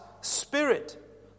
spirit